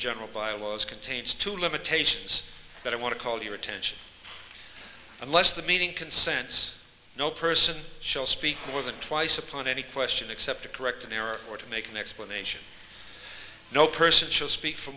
general bylaws contains two limitations but i want to call your attention unless the meeting consents no person shall speak more than twice upon any question except to correct an error or to make an explanation no person should speak for